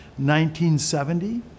1970